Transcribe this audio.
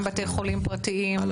גם בתי חולים פרטיים,